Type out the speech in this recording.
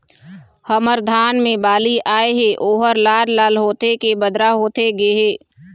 हमर धान मे बाली आए हे ओहर लाल लाल होथे के बदरा होथे गे हे?